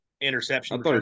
interception